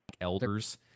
elders